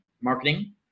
marketing